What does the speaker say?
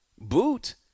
boot